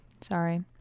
sorry